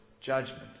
judgment